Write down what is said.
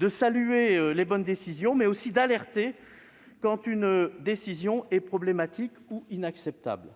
et à saluer les bonnes décisions, mais aussi à alerter, quand une décision pose problème ou est inacceptable.